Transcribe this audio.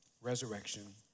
resurrection